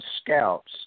scouts